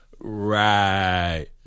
Right